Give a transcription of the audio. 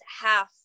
half